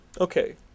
Okay